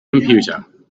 computer